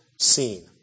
seen